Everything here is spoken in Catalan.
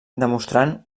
demostrant